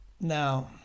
now